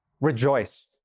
Rejoice